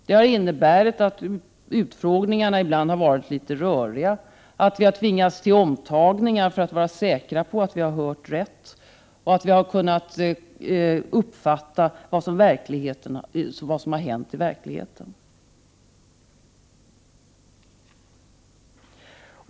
Det har inneburit att utfrågningarna ibland varit litet röriga, att vi har tvingats till omtagningar för att vara säkra på att vi har hört rätt och kunnat uppfatta vad som har hänt i verkligheten.